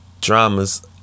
drama's